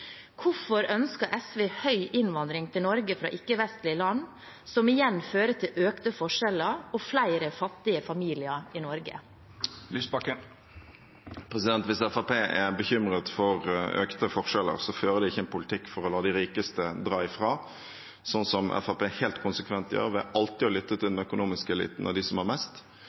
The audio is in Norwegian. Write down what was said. Hvorfor ønsker SV høy innvandring til Norge fra ikke-vestlige land, som igjen fører til økte forskjeller og flere fattige familier i Norge? Hvis Fremskrittspartiet var bekymret for økte forskjeller, ville de ikke ført en politikk for å la de rikeste dra fra, sånn som Fremskrittspartiet helt konsekvent gjør ved alltid å lytte til den økonomiske eliten og dem som har mest.